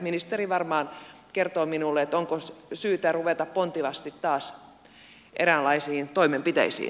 ministeri varmaan kertoo minulle onko syytä ruveta pontevasti taas eräänlaisiin toimenpiteisiin